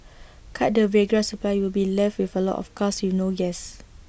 cut the Viagra supply you'll be left with A lot of cars with no gas